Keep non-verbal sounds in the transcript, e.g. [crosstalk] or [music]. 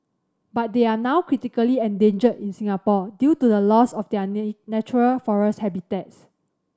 but they are now critically endangered in Singapore due to the loss of their [unintelligible] natural forest habitats